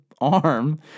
arm